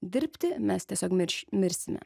dirbti mes tiesiog mirš mirsime